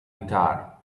guitar